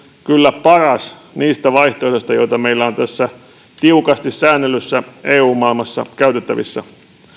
kyllä paras niistä vaihtoehdoista joita meillä on tässä tiukasti säännellyssä eu maailmassa käytettävissä